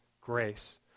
grace